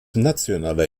nationaler